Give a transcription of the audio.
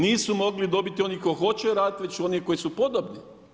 Nisu mogli dobiti oni ko hoće raditi već oni koji su podobni.